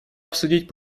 обсудить